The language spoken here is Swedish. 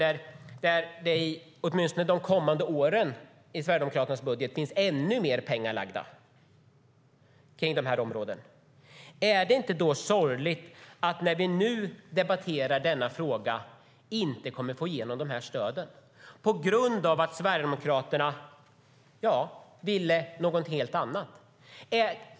Under de kommande åren har det på detta område anslagits ännu mer pengar i Sverigedemokraternas budget. Är det då inte sorgligt att vi inte kommer att få igenom dessa stöd på grund av att Sverigedemokraterna ville något helt annat?